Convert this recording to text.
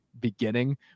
beginning